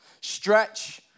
Stretch